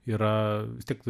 yra tik